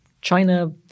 China